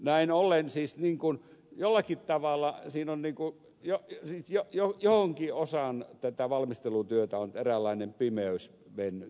näin ollen jollakin tavalla siinä johonkin osaan tätä valmistelutyötä on eräänlainen pimeys mennyt